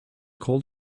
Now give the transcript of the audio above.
called